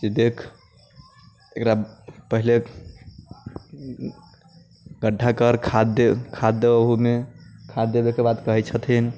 जे देख एकरा पहिले गड्ढा कर खाद दऽ ओहोमे खाद देबेके बाद कहै छथिन